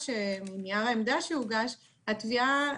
מנייר העמדה שהוגש, התביעה